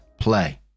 play